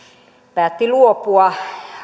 päätti luopua